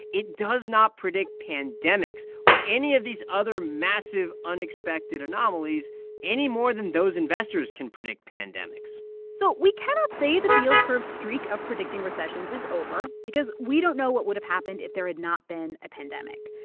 it does not predict pandemics or any of these other massive, unexpected anomalies any more than those investors can predict pandemics so we cannot say that the yield curve streak of predicting recessions is over because we don't know what would have happened if there had not been a pandemic,